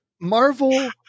Marvel